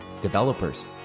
developers